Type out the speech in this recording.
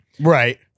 Right